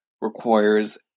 requires